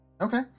Okay